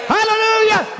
Hallelujah